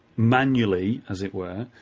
manually as it were,